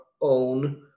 own